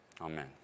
Amen